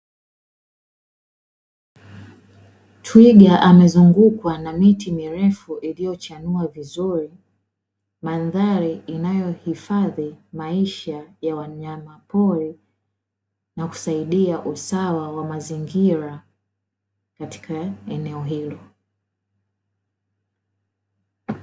Twiga amezungukwa na miti mirefu iliyochanua vizuri. Mandhari inayohifadhi maisha ya wanyamapori na kusaidia usawa wa mazingira katika eneo hilo.